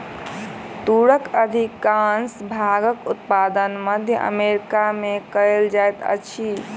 तूरक अधिकाँश भागक उत्पादन मध्य अमेरिका में कयल जाइत अछि